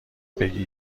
بگی